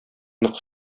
нык